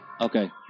Okay